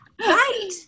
Right